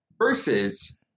versus